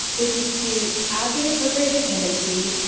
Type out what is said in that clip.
which is to add the appropriate dependency,